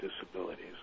disabilities